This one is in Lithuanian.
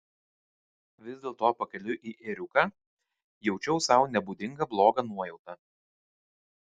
vis dėlto pakeliui į ėriuką jaučiau sau nebūdingą blogą nuojautą